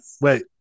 Wait